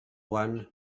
one